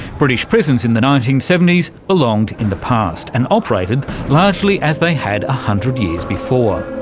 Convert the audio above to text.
british prisons in the nineteen seventy s belonged in the past and operated largely as they had a hundred years before.